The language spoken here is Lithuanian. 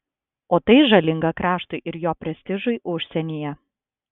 o tai žalinga kraštui ir jo prestižui užsienyje